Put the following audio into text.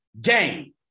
game